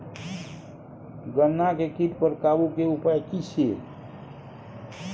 गन्ना के कीट पर काबू के उपाय की छिये?